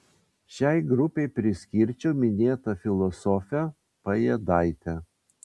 šiai grupei priskirčiau minėtą filosofę pajėdaitę